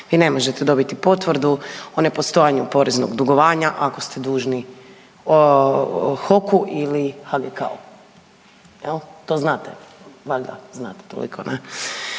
vi ne možete dobiti potvrdu o nepostojanju poreznog dugovanja ako ste dužni HOK ili HGK-u jel, to znate? Valjda znate toliko